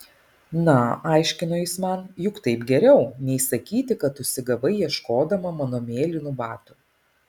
na aiškino jis man juk taip geriau nei sakyti kad užsigavai ieškodama mano mėlynų batų